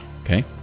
Okay